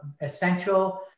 essential